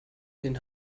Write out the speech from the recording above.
den